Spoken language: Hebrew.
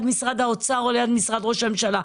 משרד האוצר או ליד משרד ראש הממשלה.